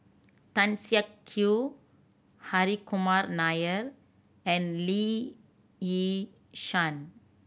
Tan Siak Kew Hri Kumar Nair and Lee Yi Shyan